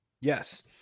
Yes